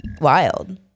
wild